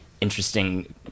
interesting